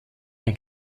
ein